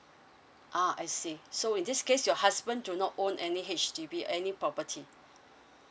ah I see so in this case your husband do not own any H_D_B any property